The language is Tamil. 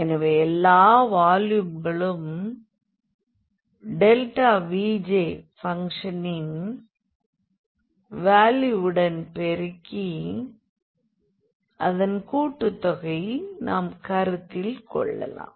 எனவே எல்லா வால்யூம்களும் Vj பங்க்ஷன் வால்யூவுடன் பெருக்கி அதன் கூட்டுத்தொகையை நாம் கருத்தில் கொள்ளலாம்